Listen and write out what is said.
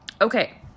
Okay